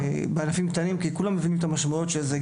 בענפים קטנים כי כולם מבינים את המשמעות של זה,